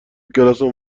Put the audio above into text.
کلاسمون